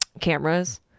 cameras